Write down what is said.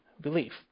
belief